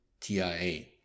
TIA